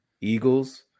Eagles